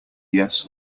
yes